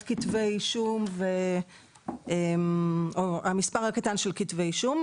כתבי אישום או המספר הקטן של כתבי אישום.